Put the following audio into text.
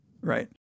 right